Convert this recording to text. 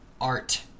art